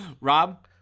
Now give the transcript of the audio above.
Rob